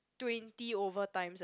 twenty over times eh